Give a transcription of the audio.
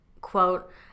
quote